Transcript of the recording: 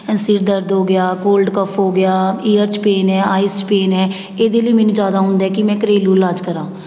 ਸਿਰ ਦਰਦ ਹੋ ਗਿਆ ਕੋਲਡ ਕੱਫ ਹੋ ਗਿਆ ਈਅਰ 'ਚ ਪੇਨ ਹੈ ਆਈਸ 'ਚ ਪੇਨ ਹੈ ਇਹਦੇ ਲਈ ਮੈਨੂੰ ਜ਼ਿਆਦਾ ਹੁੰਦਾ ਹੈ ਕਿ ਮੈਂ ਘਰੇਲੂ ਇਲਾਜ ਕਰਾਂ